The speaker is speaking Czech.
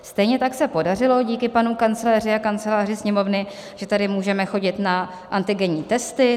Stejně tak se podařilo díky panu kancléři a kanceláři Sněmovny, že tady můžeme chodit na antigenní testy.